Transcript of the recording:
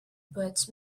but